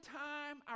time